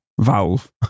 Valve